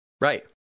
Right